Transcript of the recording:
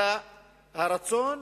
אלא הרצון